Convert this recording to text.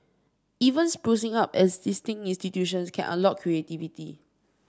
even sprucing up existing institutions can unlock creativity